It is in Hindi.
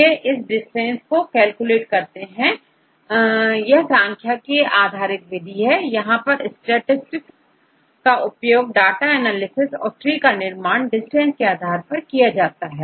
वे इस डिस्टेंस हो कैलकुलेट करते हैं यह सांख्यिकी आधारित है यहां पर स्टेटिस्टिक्स का उपयोग डाटा एनालिसिस और ट्री का निर्माण डिस्टेंस के आधार पर किया जाता है